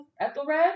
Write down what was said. Ethelred